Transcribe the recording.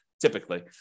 typically